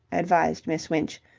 advised miss winch,